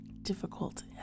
difficult